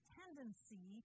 tendency